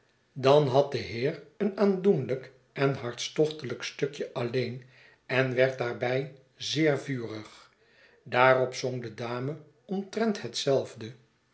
dan had de heer een aandoenlijk en hartstochtelijk stukje alleen en werd daarbij zeer vurig daarop zong de dame omtrent hetzelfde